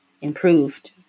improved